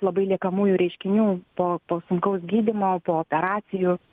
labai liekamųjų reiškinių po po sunkaus gydymo po operacijų